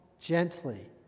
gently